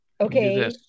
Okay